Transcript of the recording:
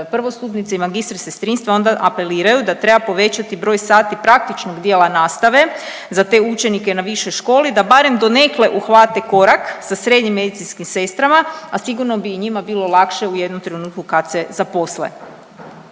prvostupnici i magistri sestrinstva onda apeliraju da treba povećati broj sati praktičnog dijela nastave za te učenike na višoj školi da barem donekle uhvate korak sa srednjim medicinskim sestrama, a sigurno bi i njima bilo lakše u jednom trenutku kad se zaposle.